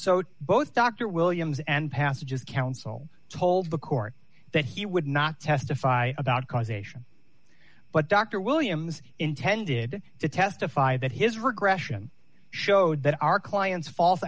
so both dr williams and passages counsel told the court that he would not testify about causation but dr williams intended to testify that his regression showed that our client's false